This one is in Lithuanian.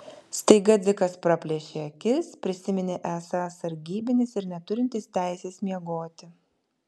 staiga dzikas praplėšė akis prisiminė esąs sargybinis ir neturintis teisės miegoti